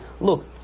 look